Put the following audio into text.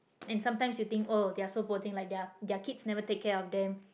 and sometimes you think oh they're so poor thing like their their kids never take care of them